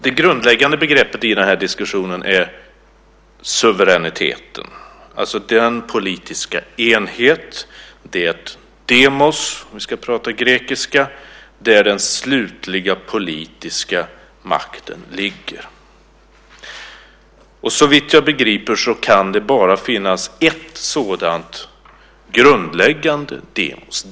Det grundläggande begreppet i den här diskussionen är suveräniteten, alltså den politiska enhet, demos , för att prata grekiska, där den slutliga politiska makten ligger. Såvitt jag begriper kan det bara finnas en sådan grundläggande enhet, demos .